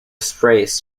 sprays